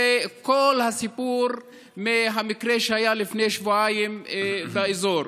וכל הסיפור מהמקרה שהיה לפני שבועיים באזור.